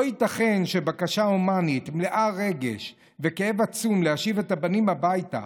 לא ייתכן שבקשה הומנית מלאה רגש וכאב עצום להשיב את הבנים הביתה,